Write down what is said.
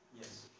Yes